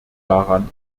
daran